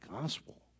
gospel